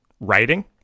writing